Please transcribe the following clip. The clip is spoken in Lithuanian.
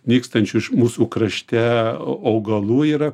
nykstančių mūsų krašte augalų yra